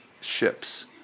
ships